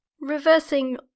Reversing